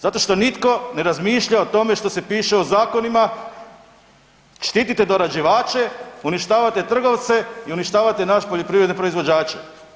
Zato što nitko ne razmišlja o tome što se piše u zakonima, štitite dorađivače, uništavate trgovce i uništavate naše poljoprivredne proizvođače.